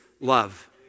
love